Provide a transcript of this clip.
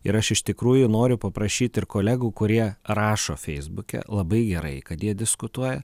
ir aš iš tikrųjų noriu paprašyti ir kolegų kurie rašo feisbuke labai gerai kad jie diskutuoja